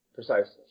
Precisely